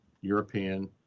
European